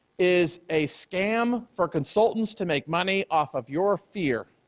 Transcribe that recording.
is a scam for consultants to make money off of your fear.